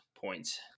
points